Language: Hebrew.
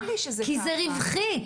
כי זה רווחי.